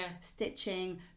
stitching